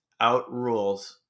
outrules